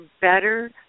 better